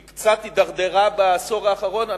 היא קצת הידרדרה בעשור האחרון.